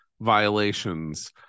violations –